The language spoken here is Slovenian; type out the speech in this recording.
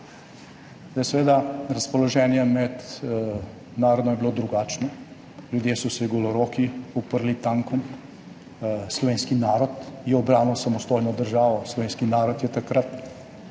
je bilo razpoloženje med narodom drugačno, ljudje so se goloroki uprli tankom, slovenski narod je ubranil samostojno državo, slovenski narod je takrat